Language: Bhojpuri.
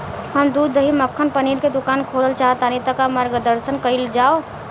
हम दूध दही मक्खन पनीर के दुकान खोलल चाहतानी ता मार्गदर्शन कइल जाव?